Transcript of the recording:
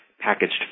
packaged